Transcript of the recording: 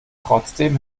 trotzdem